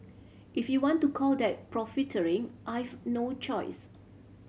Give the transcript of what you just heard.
if you want to call that profiteering I've no choice